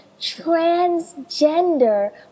transgender